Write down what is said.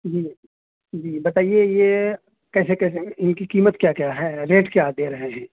جی جی بتائیے یہ کیسے کیسے ان کی قیمت کیا کیا ہے ریٹ کیا دے رہے ہیں